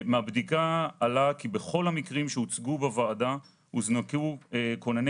מהבדיקה עלה כי בכל המקרים שהוצגו בוועדה הוזנקו כונני